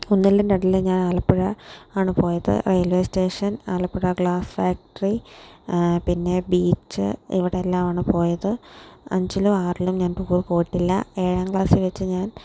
ഒന്നിലും രണ്ടിലും ഞാൻ ആലപ്പുഴ ആണ് പോയത് railway station Alappuzha glass factory പിന്നെ ബീച്ച് ഇവിടെയെല്ലാമാണ് പോയത് അഞ്ചിലും ആറിലും ഞാൻ ടൂറ് പോയിട്ടില്ല ഏഴാം ക്ലാസിൽ വച്ച് ഞാൻ